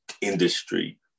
industry